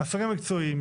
השרים המקצועיים,